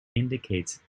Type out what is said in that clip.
indicates